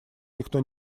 никто